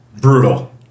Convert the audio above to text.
brutal